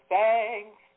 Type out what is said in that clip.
thanks